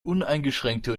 uneingeschränkte